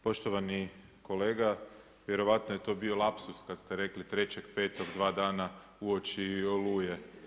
Poštovani kolega vjerojatno je to bio lapsus kada ste rekli 3.5. dva dana uoči Oluje.